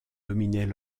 dominait